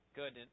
good